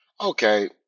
Okay